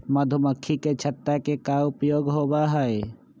मधुमक्खी के छत्ता के का उपयोग होबा हई?